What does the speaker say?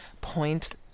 point